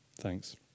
Thanks